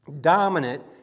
dominant